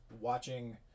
watching